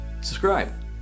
subscribe